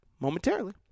momentarily